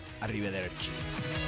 Arrivederci